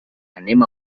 anem